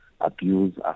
Abuse